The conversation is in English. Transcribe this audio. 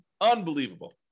Unbelievable